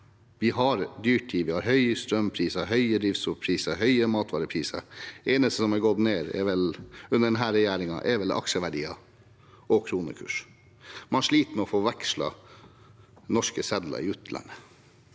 Vi har dyrtid – vi har høye strømpriser, høye drivstoffpriser og høye matvarepriser. Det eneste som har gått ned under denne regjeringen, er vel aksjeverdiene og kronekursen. Man sliter med å få vekslet norske sedler i utlandet,